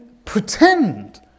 pretend